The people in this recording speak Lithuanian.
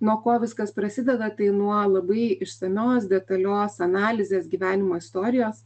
nuo ko viskas prasideda tai nuo labai išsamios detalios analizės gyvenimo istorijos